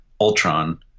Ultron